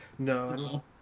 No